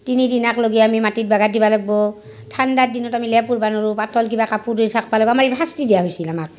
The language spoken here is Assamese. তিনিদিনীয়াক লগি আমি মাটিত বাগাৰ দিব লাগব' ঠাণ্ডা দিনত আমি লেপ উৰবা নৰো পাতল কিবা কাপোৰ দি থাকব' লাগব' আমাৰ শাস্তি দিয়া হৈছিল আমাক